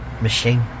machine